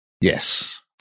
Yes